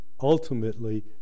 ultimately